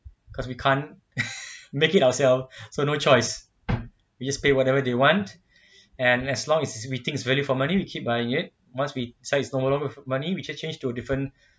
because we can't make it ourselves so no choice we just pay whatever they want and as long as we think is value for money we keep buying it once we decide it's no longer value with money we just change to a different